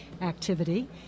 activity